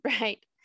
right